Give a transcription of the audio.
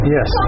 Yes